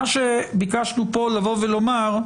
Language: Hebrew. מה שביקשנו פה לבוא ולומר,